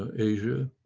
ah asia,